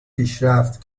پیشرفت